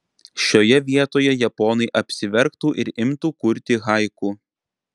šioje vietoje japonai apsiverktų ir imtų kurti haiku